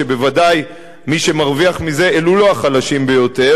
שוודאי מי שמרוויח מזה אלו לא החלשים ביותר,